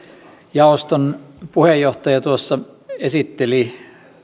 jaoston puheenjohtaja esitteli